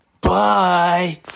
bye